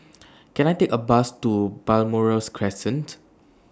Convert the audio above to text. Can I Take A Bus to Balmoral Crescent